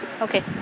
Okay